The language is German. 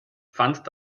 fand